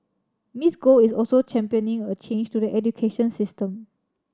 Miss Go is also championing a change to the education system